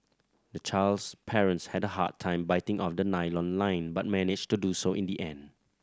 the child's parents had a hard time biting off the nylon line but managed to do so in the end